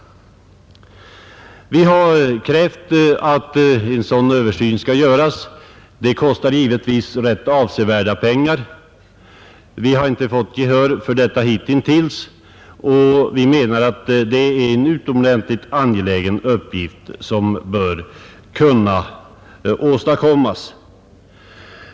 Vi har krävt att en sådan översyn skall göras. Det kostar givetvis rätt avsevärda pengar. Vi har inte fått gehör för detta hitintills, men vi menar att det är en utomordentligt angelägen uppgift.